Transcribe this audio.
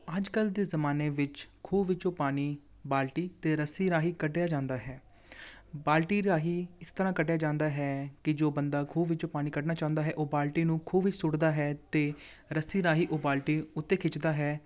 ਅੱਜ ਕੱਲ੍ਹ ਦੇ ਜ਼ਮਾਨੇ ਵਿੱਚ ਖੂਹ ਵਿੱਚੋਂ ਪਾਣੀ ਬਾਲਟੀ ਅਤੇ ਰੱਸੀ ਰਾਹੀਂ ਕੱਢਿਆ ਜਾਂਦਾ ਹੈ ਬਾਲਟੀ ਰਾਹੀਂ ਇਸ ਤਰ੍ਹਾਂ ਕੱਢਿਆ ਜਾਂਦਾ ਹੈ ਕਿ ਜੋ ਬੰਦਾ ਖੂਹ ਵਿੱਚੋਂ ਪਾਣੀ ਕੱਢਣਾ ਚਾਹੁੰਦਾ ਹੈ ਉਹ ਬਾਲਟੀ ਨੂੰ ਖੂਹ ਵਿੱਚ ਸੁੱਟਦਾ ਹੈ ਅਤੇ ਰੱਸੀ ਰਾਹੀਂ ਉਹ ਬਾਲਟੀ ਉੱਤੇ ਖਿੱਚਦਾ ਹੈ